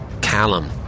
Callum